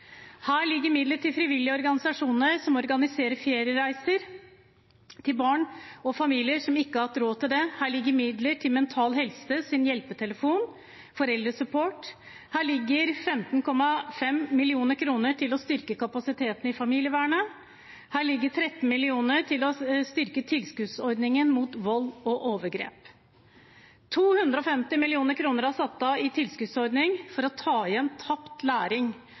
Her ligger midler til frivillige organisasjoner som organiserer feriereiser til barn og familier som ikke har hatt råd til det. Her ligger midler til Mental Helses hjelpetelefon Foreldresupport. Her ligger 15,5 mill. kr til å styrke kapasiteten i familievernet. Her ligger 13 mill. kr til å styrke tilskuddsordningen mot vold og overgrep. Det er satt av 250 mill. kr i en tilskuddsordning for å ta igjen tapt læring,